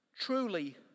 truly